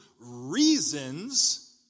reasons